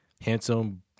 handsome